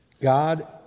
God